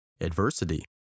adversity